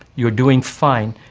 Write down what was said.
you're doing fine,